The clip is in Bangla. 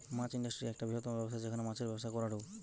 মাছ ইন্ডাস্ট্রি একটা বৃহত্তম ব্যবসা যেখানে মাছের ব্যবসা করাঢু